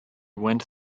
went